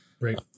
Right